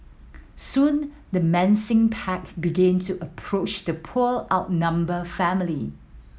soon the menacing pack began to approach the poor outnumbered family